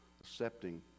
accepting